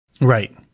Right